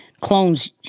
clones